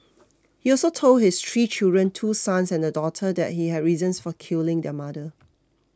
he also told his three children two sons and a daughter that he had reasons for killing their mother